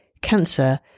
cancer